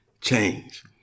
Change